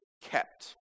kept